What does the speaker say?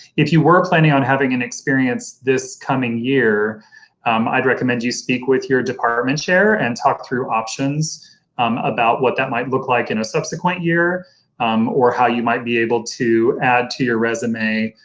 if you were planning on having an experience this coming year i'd recommend you speak with your department chair and talk through options about what that might look like in a subsequent year or how you might be able to add to your resume,